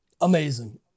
amazing